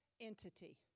entity